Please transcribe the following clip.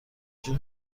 جیغ